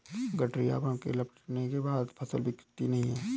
गठरी आवरण से लपेटने के बाद फसल बिखरती नहीं है